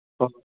ꯑꯣ